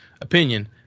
opinion